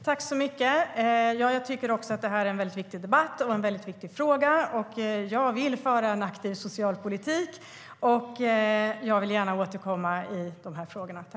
Fru talman! Jag tycker också att det är en viktig debatt och en viktig fråga. Jag vill föra en aktiv socialpolitik, och jag återkommer gärna i de här frågorna.